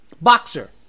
boxer